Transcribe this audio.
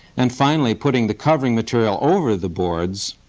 and finally putting the covering material over the boards,